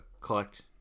collect